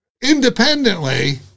independently